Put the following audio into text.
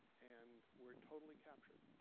and we're totally captured.